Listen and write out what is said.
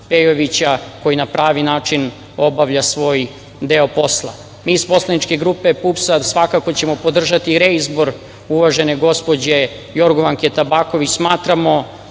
Pejovića, koji na pravi način obavlja svoj deo posla. Mi iz poslaničke grupe PUPS-a svakako ćemo podržati reizbor uvažene gospođe Jorgovanke Tabaković. Smatramo